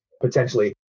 potentially